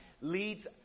leads